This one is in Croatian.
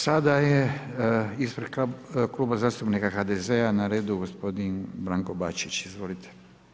Sada je ispred Kluba zastupnika HDZ-a na redu gospodin Branko Bačić, izvolite.